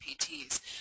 PTs